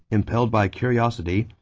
impelled by curiosity,